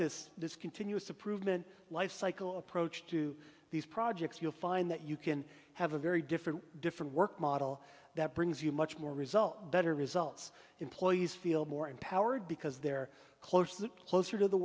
this discontinuous a proven lifecycle approach to these projects you'll find that you can have a very different different work model that brings you much more result better results employees feel more empowered because they're close that closer to the